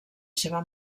seva